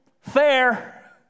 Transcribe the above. fair